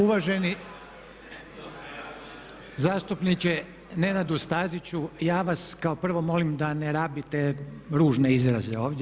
Uvaženi zastupniče Nenadu Staziću, ja vas kao prvo molim da ne rabite ružne izraze ovdje.